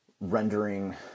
rendering